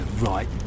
right